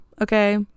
okay